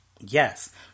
Yes